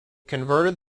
converted